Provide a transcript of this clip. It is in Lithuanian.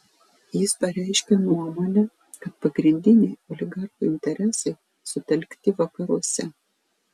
jis pareiškė nuomonę kad pagrindiniai oligarchų interesai sutelkti vakaruose